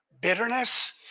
bitterness